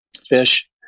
fish